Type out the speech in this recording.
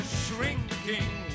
shrinking